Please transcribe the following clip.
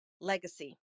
legacy